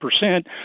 percent